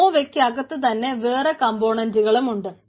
നോവയ്ക്കകത്തുതന്നെ വേറെ കംപോണന്റുകളുമുണ്ട്